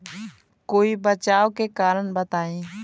कोई बचाव के कारण बताई?